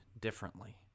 differently